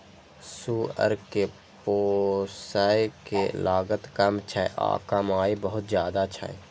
सुअर कें पोसय के लागत कम छै आ कमाइ बहुत ज्यादा छै